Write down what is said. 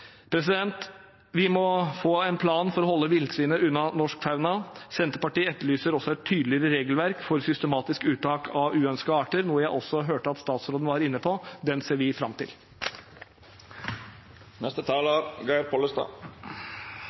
Vi må få en plan for å holde villsvinet unna norsk fauna. Senterpartiet etterlyser også et tydeligere regelverk for systematisk uttak av uønskede arter, noe jeg også hørte at statsråden var inne på. Det ser vi fram